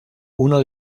uno